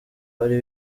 wari